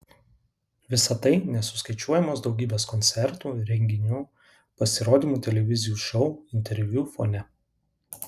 visa tai nesuskaičiuojamos daugybės koncertų renginių pasirodymų televizijų šou interviu fone